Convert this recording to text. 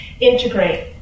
integrate